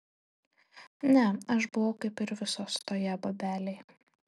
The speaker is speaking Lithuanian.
ne aš buvau kaip ir visos toje babelėj